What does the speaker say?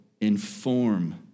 inform